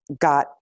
got